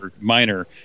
minor